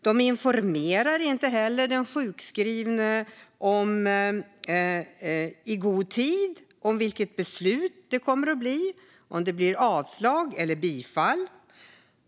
De informerar inte heller den sjukskrivne i god tid om vilket beslut det kommer att bli, avslag eller bifall.